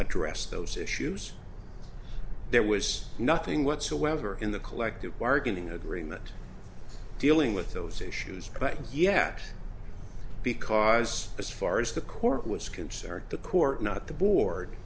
address those issues there was nothing whatsoever in the collective bargaining agreement dealing with those issues but yet because as far as the court was concerned the court not the board